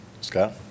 Scott